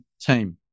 team